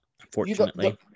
unfortunately